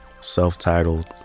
self-titled